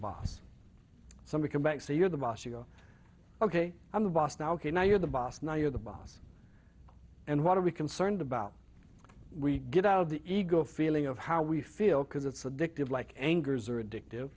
boss some we can back say you're the boss you go ok i'm the boss now here now you're the boss now you're the boss and what are we concerned about we get out of the ego feeling of how we feel because it's addictive like angers or addictive